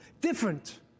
different